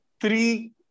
three